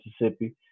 Mississippi